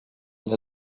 n’a